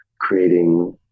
creating